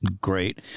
great